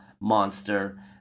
monster